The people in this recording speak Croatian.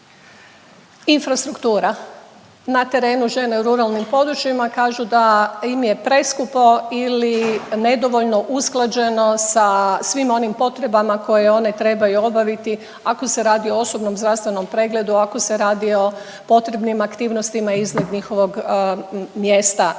Infrastruktura. Na terenu žene u ruralnim područjima kažu da im je preskupo ili nedovoljno usklađeno sa svim onim potrebama koje one trebaju obaviti ako se radi o osobnom, zdravstvenom pregledu, ako se radi o potrebnim aktivnostima iznad njihovog mjesta